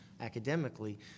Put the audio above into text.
academically